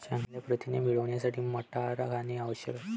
चांगले प्रथिने मिळवण्यासाठी मटार खाणे आवश्यक आहे